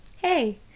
Hey